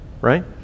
right